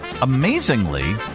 amazingly